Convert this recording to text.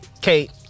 Kate